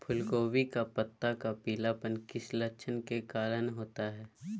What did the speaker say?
फूलगोभी का पत्ता का पीलापन किस लक्षण के कारण होता है?